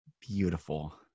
beautiful